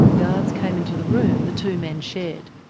guards came into the room the two men shared.